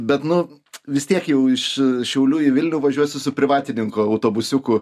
bet nu vis tiek jau iš šiaulių į vilnių važiuosiu su privatininko autobusiuku